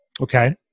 Okay